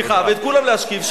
סליחה, ואת כולם להשכיב.